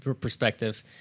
perspective